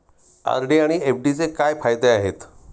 RD आणि एफ.डीचे काय फायदे आहेत?